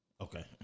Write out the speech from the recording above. Okay